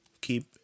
keep